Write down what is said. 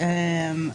בסדר.